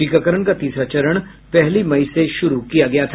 टीकाकरण का तीसरा चरण पहली मई से शुरू किया गया था